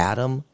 Adam